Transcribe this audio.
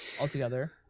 altogether